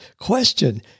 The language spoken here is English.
question